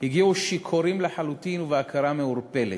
הגיעו שיכורים לחלוטין ובהכרה מעורפלת.